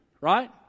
right